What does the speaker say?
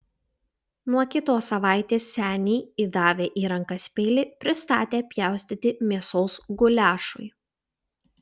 nuo kitos savaitės senį įdavę į rankas peilį pristatė pjaustyti mėsos guliašui